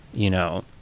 you know.